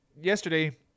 yesterday